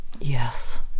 Yes